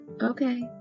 okay